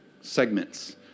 segments